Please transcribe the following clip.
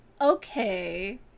okay